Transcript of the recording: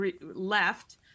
left